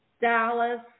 Dallas